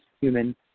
human